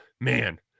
man